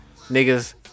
Niggas